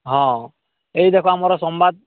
ହଁ ଏଇ ଦେଖ ଆମର ସମ୍ବାଦ